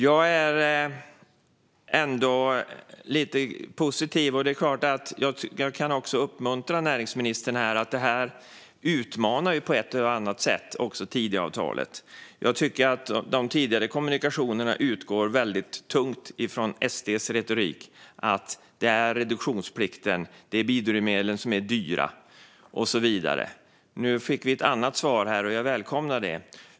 Jag är ändå lite positiv. Och jag kan också uppmuntra näringsministern här genom att säga att detta också på ett eller annat sätt utmanar Tidöavtalet. Jag tycker att den tidigare kommunikationen utgår väldigt tungt från SD:s retorik att det handlar om reduktionsplikten och att biodrivmedlen är dyra och så vidare. Nu fick vi ett annat svar, och jag välkomnar det.